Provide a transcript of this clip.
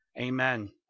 Amen